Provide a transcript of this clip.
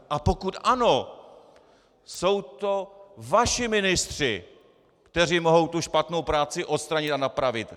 A pokud ano, jsou to vaši ministři, kteří mohou tu špatnou práci odstranit a napravit.